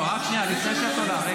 רק שנייה, לפני שאת עולה.